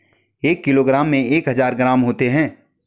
एक किलोग्राम में एक हजार ग्राम होते हैं